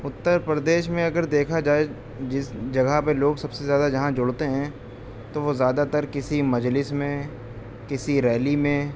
اترپردیش میں اگر دیکھا جائے جس جگہ پہ لوگ سب سے زیادہ جہاں جڑتے ہیں تو وہ زیادہ تر کسی مجلس میں کسی ریلی میں